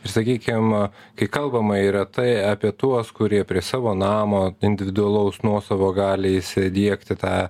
ir sakykim kai kalbama yra tai apie tuos kurie prie savo namo individualaus nuosavo gali įsidiegti tą